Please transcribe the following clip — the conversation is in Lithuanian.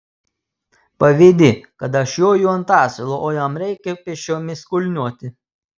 pavydi kad aš joju ant asilo o jam reikia pėsčiomis kulniuoti